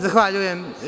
Zahvaljujem.